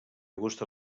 august